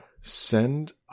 Send